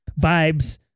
vibes